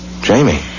Jamie